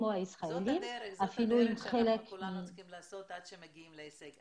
זאת הדרך שכולנו צריכים לעשות אותה עד שמגיעים להישג.